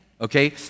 okay